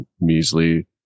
measly